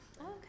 Okay